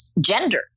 gender